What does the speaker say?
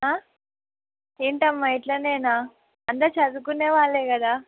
ఏంటమ్మా ఇట్లనేనా అంతా చదువుకున్న వాళ్ళే కదా